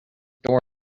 door